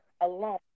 alone